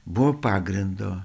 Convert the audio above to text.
buvo pagrindo